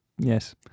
Yes